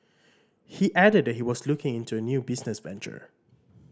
he added that he was looking into a new business venture